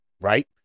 Right